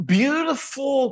beautiful